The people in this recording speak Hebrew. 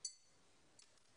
אבל